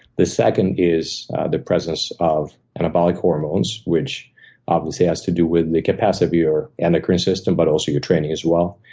the second is the presence of anabolic hormones, which obviously has to do with the capacity of your endocrine system, but also your training as well.